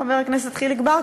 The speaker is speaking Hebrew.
חבר הכנסת חיליק בר?